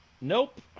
Nope